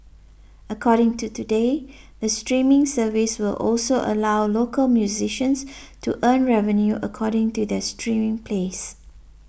according to today the streaming service will also allow local musicians to earn revenue according to their streaming plays